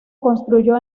construyó